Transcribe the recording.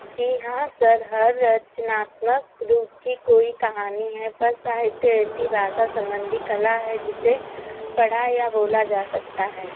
जी हाँ सर हर रचनात्मक रूप की कोई कहानी है पर साहित्य ऐसी भाषा सम्बन्धी कला है जिसे पढ़ा या बोला जा सकता है